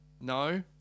No